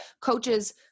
coaches